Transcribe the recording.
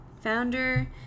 Founder